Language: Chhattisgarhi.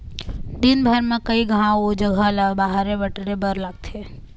दिनभर म कइ घांव ओ जघा ल बाहरे बटरे बर लागथे